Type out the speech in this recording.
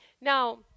Now